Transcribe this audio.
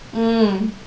mm